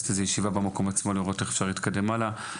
לקיים איזו פגישה במקום כדי לראות איך אפשר להתקדם הלאה.